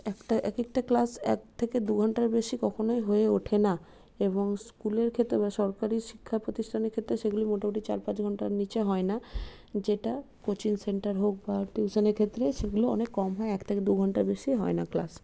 একটা একেকটা ক্লাস এক থেকে দুঘন্টার বেশি কখনই হয়ে ওঠে না এবং স্কুলের ক্ষেত্রে এবার সরকারি শিক্ষা প্রতিষ্ঠানের ক্ষেত্রে সেগুলি মোটামুটি চার পাঁচ ঘন্টার নিচে হয় না যেটা কোচিং সেন্টার হোক বা টিউশানের ক্ষেত্রে সেগুলো অনেক কম হয় এক থেকে দুঘন্টার বেশি হয় না ক্লাস